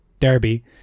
Derby